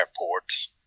airports